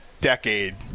decade